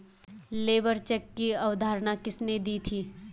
Labour check की अवधारणा किसने दी थी?